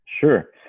Sure